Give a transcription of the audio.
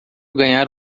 ganhar